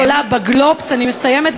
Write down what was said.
גדולה ב"גלובס" אני מסיימת,